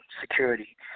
security